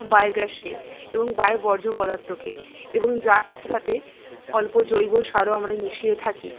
বায়োগ্যাসকে এবং বায়ো বর্জ্য পদার্থকে এবং যার সাথে অল্প জৈব সারও আমরা মিশিয়ে থাকি